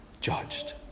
judged